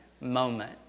moment